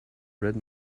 red